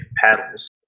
paddles